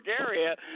area